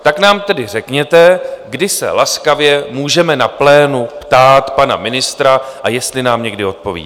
Tak nám tedy řekněte, kdy se laskavě můžeme na plénu ptát pana ministra, a jestli nám někdy odpoví.